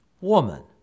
Woman